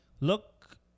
look